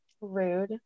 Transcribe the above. rude